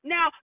Now